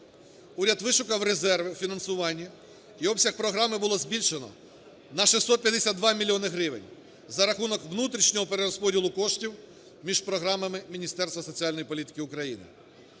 Уряд вишукав резерв фінансування і обсяг програми було збільшено на 652 мільйона гривень за рахунок внутрішнього перерозподілу коштів між програмами Міністерства соціальної політики України.